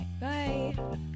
Bye